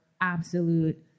absolute